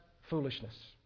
foolishness